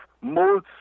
mold